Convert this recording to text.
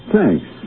Thanks